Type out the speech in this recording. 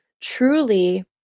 truly